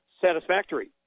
satisfactory